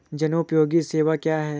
जनोपयोगी सेवाएँ क्या हैं?